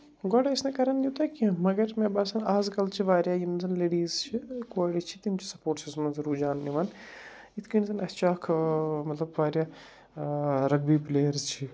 گۄڈٕ ٲسۍ نہٕ کَران یوٗتاہ کیٚنٛہہ مگر مےٚ باسان آز کَل چھِ واریاہ یِم زَن لیٚڈیٖز چھِ کورِ چھِ تِم چھِ سپوٹسَس منٛز رُجحان نِوان یِتھ کٔنۍ زَن اَسہِ چھِ اَکھ مطلب واریاہ رگبی پٕلیٲرٕس چھِ